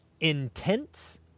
intense